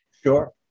Sure